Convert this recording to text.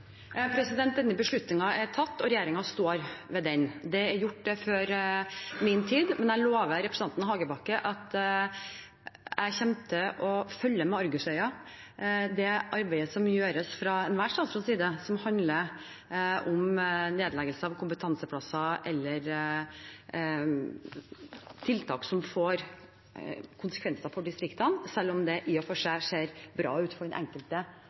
Denne beslutningen er tatt, og regjeringen står ved den. Det er gjort før min tid, men jeg lover representanten Hagebakken at jeg kommer til å følge med argusøyne det arbeidet som gjøres fra enhver statsråds side som handler om nedleggelse av kompetansearbeidsplasser eller tiltak som får konsekvenser for distriktene, selv om det i og for seg ser bra ut for den enkelte